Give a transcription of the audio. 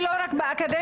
ולא רק באקדמיה,